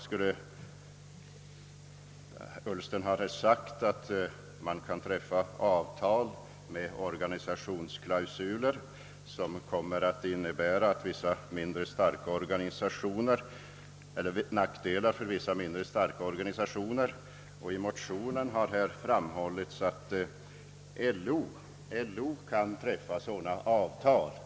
Herr Ullsten har sagt att man kan träffa avtal med organisationsklausuler, som kommer att innebära nackdelar för vissa mindre starka organisationer, och i motionen har framhållits, att LO kan träffa sådana avtal.